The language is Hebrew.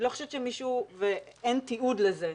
אני לא חושבת שמישהו, ואין תיעוד לזה,